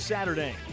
Saturday